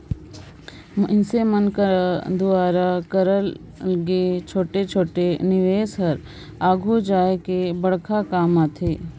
मइनसे मन कर दुवारा करल गे छोटे छोटे निवेस हर आघु जाए के बड़खा काम आथे